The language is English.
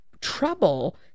trouble